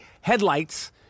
headlights